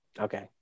Okay